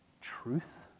truth